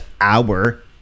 hour